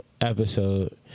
episode